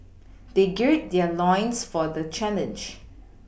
they gird their loins for the challenge